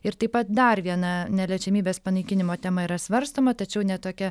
ir taip pat dar viena neliečiamybės panaikinimo tema yra svarstoma tačiau ne tokia